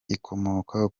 ikomoka